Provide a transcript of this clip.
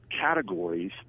categories